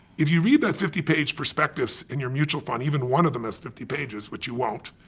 if you read that fifty page perspectives in your mutual fund, even one of them is fifty pages, which you won't,